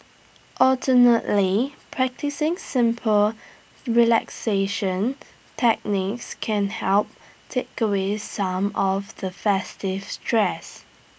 alternatively practising simple relaxation techniques can help take away some of the festive stress